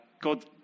God